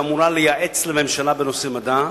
שאמורה לייעץ לממשלה בנושא מדע,